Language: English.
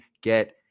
get